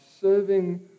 serving